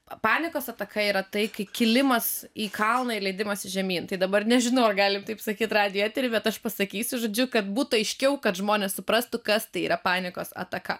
panikos ataka yra tai kai kilimas į kalną ir leidimąsi žemyn tai dabar nežinau ar galim taip sakyt radijo etery bet aš pasakysiu žodžiu kad būtų aiškiau kad žmonės suprastų kas tai yra panikos ataka